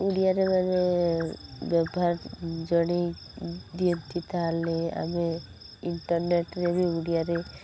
ଓଡ଼ିଆରେ ମାନେ ବ୍ୟବହାର ଜଣାଇ ଦିଅନ୍ତି ତାହାଲେ ଆମେ ଇଣ୍ଟରନେଟ୍ରେ ବି ଓଡ଼ିଆରେ